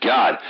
God